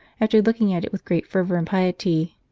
after looking at it with great fervour and piety.